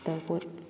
ꯐꯠꯇꯕ ꯄꯣꯠ